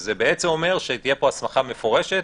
שזה בעצם אומר שתהיה פה הסמכה מפורשת